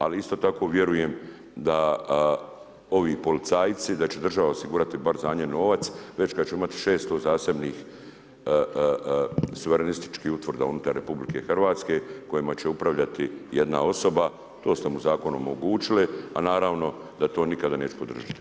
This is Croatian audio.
Ali isto tako vjerujem da ovi policajci da će država osigurati bar za njih novac, već kada ćemo imati 600 zasebnih suverenističkih utvrda unutar RH kojima će upravljati jedna osoba, to ste mu zakonom omogućili, a naravno da to nikada neću podržati.